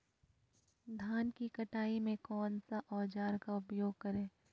धान की कटाई में कौन सा औजार का उपयोग करे?